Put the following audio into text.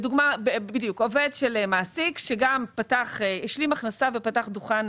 לדוגמה, עובד של מעסיק, שהשלים הכנסה ופתח דוכן